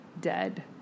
dead